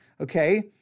okay